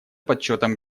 подсчётом